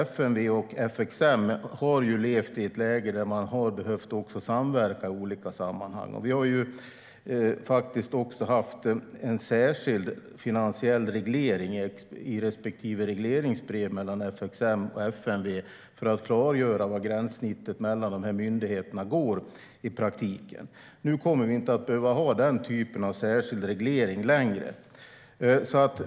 FMV och FXM har levat i ett läge där man har behövt samverka i olika sammanhang. Vi har också haft en särskild finansiell reglering mellan FXM och FMV i respektive regleringsbrev för att klargöra var gränssnittet mellan dessa båda myndigheter går i praktiken. Nu kommer vi inte att behöva ha den typen av särskild reglering längre.